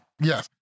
Yes